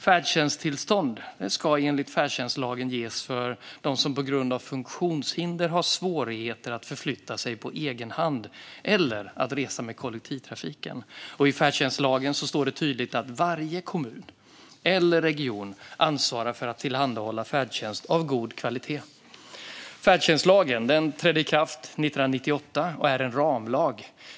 Färdtjänsttillstånd ska enligt färdtjänstlagen ges för dem som på grund av funktionshinder har svårigheter att förflytta sig på egen hand eller att resa med kollektivtrafiken. I färdtjänstlagen står det tydligt att varje kommun eller region ansvarar för att tillhandahålla färdtjänst av god kvalitet. Färdtjänstlagen trädde i kraft 1998 och är en ramlag.